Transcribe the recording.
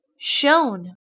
shown